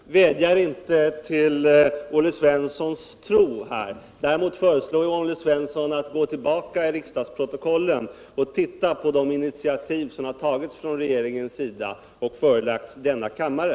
Herr talman! Jag vädjar inte till Olle Svensson om att han skall tro på mig. Däremot föreslår jag Olle Svensson att gå tillbaka till riksdagsprotokollen och tilla på vilka initiativ som tagits av regeringen och förelagts denna kammare.